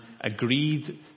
agreed